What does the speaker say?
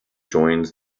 joins